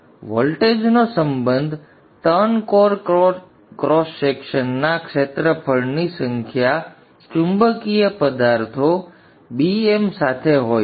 આથી વોલ્ટેજનો સંબંધ ટર્ન કોર ક્રોસ સેક્શનના ક્ષેત્રફળની સંખ્યા ચુંબકીય પદાર્થો Bm સાથે હોય છે